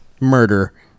Murder